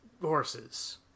horses